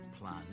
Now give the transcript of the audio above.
plan